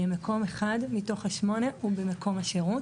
מקום אחד מתוך השמונה הוא במקום השירות,